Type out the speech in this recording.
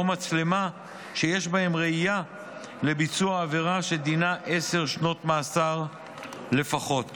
מצלמה שיש בהם ראיה לביצוע עבירה שדינה עשר שנות מאסר לפחות.